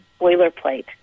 boilerplate